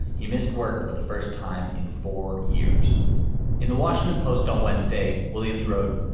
he missed work for the first time in four years in the washington post on wednesday. williams wrote,